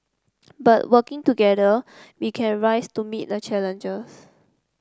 but working together we can rise to meet the challenges